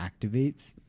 activates